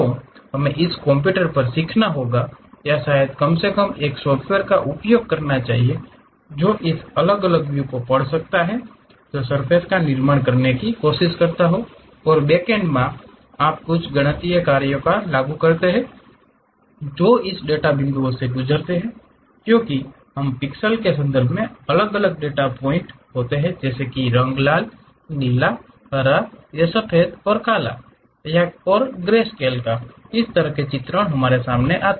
तो हमें इसे कंप्यूटर पर सिखाना होगा या शायद कम से कम एक सॉफ्टवेयर का उपयोग करना चाहिए जो इस अलग अलग व्यू को पढ़ सकता है जो सर्फ़ेस का निर्माण करने की कोशिश करता है और बेकएंड माँ आप कुछ गणितीय कार्यों को लागू करते हैं जो इस डेटा बिंदुओं से गुजरते हैं क्योंकि हम पिक्सेल के संदर्भ में अलग अलग डेटा पॉइंट होते हैं जैसे कि रंग लाल नीला हरा या शायद सफेद और काला ग्रे ग्रेस्केल तरह के चित्र और इतने पर